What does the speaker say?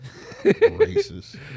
Racist